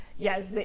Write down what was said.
Yes